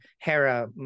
Hera